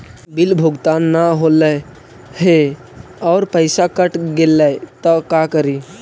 Bill भुगतान न हौले हे और पैसा कट गेलै त का करि?